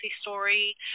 story